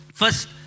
First